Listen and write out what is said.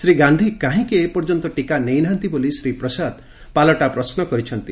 ଶ୍ରୀ ଗାନ୍ଧୀ କାହିଁକି ଏପର୍ଯ୍ୟନ୍ତ ଟିକା ନେଇନାହାନ୍ତି ବୋଲି ଶ୍ରୀ ପ୍ରସାଦ ପ୍ରଶ୍ନ କରିଛନ୍ତି